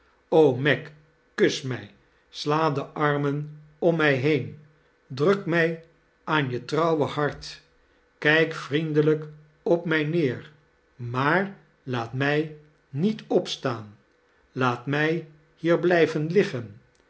meg kus mij sla de armen om mij been druk mij aan je trouwe hart kijk vriendelijk op mij neer maar laat mij niet opstaan laat mij hier blijven liggen